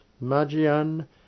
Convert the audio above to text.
Magian